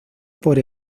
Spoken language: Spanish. por